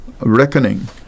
reckoning